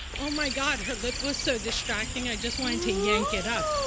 oh my god, her lip was so distracting, i just wanted to yank it up.